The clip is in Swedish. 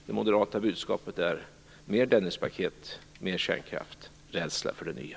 Det moderata budskapet är: mer Dennispaket, mer kärnkraft och rädsla för det nya.